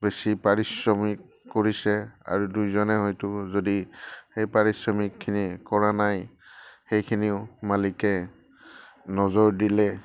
বেছি পাৰিশ্ৰমিক কৰিছে আৰু দুইজনে হয়তো যদি সেই পাৰিশ্ৰমিকখিনি কৰা নাই সেইখিনিও মালিকে নজৰ দিলে